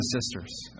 sisters